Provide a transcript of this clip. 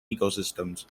ecosystems